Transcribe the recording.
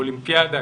אולימפיאדה,